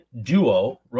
duo